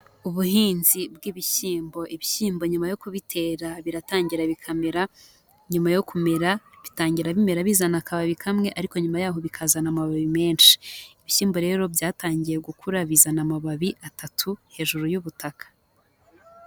Ubuhinzi bw'ibishyimbo. Ibishyimbo nyuma yo kubitera biratangira bikamera, nyuma yo kumera bitangira bimera bizana akababi kamwe ariko nyuma yaho bikazana amababi menshi. Ibishyimbo rero byatangiye gukura bizana amababi atatu hejuru y'ubutaka.